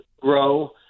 grow